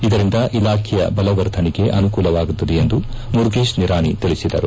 ಇದರಿಂದ ಇಲಾಖೆಯ ಬಲವರ್ಧನೆಗೆ ಅನುಕೂಲವಾಗುತ್ತದೆ ಎಂದು ಮುರುಗೇಶ್ ನಿರಾಣಿ ತಿಳಿಸಿದರು